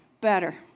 better